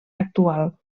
actual